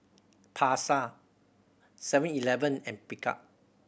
Pasar Seven Eleven and Picard